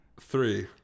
three